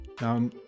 Now